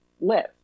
live